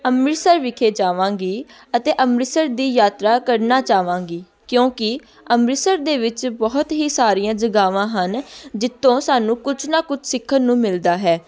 ਅੰਮ੍ਰਿਤਸਰ ਵਿਖੇ ਜਾਵਾਂਗੀ ਅਤੇ ਅੰਮ੍ਰਿਤਸਰ ਦੀ ਯਾਤਰਾ ਕਰਨਾ ਚਾਹਾਂਗੀ ਕਿਉਂਕਿ ਅੰਮ੍ਰਿਤਸਰ ਦੇ ਵਿੱਚ ਬਹੁਤ ਹੀ ਸਾਰੀਆਂ ਜਗਾਵਾਂ ਹਨ ਜਿੱਥੋਂ ਸਾਨੂੰ ਕੁਛ ਨਾ ਕੁਛ ਸਿੱਖਣ ਨੂੰ ਮਿਲਦਾ ਹੈ